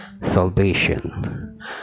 Salvation